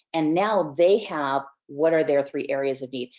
and now they have, what are their three areas of need,